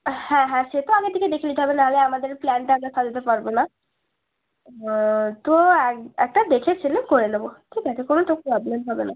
হ্যাঁ হ্যাঁ সে তো আগে থেকে দেখে নিতে হবে নাহলে আমাদের প্ল্যানটা আমরা সাজাতে পারব না তো একটা দেখেশুনে করে দেব ঠিক আছে কোনো তো প্রবলেম হবে না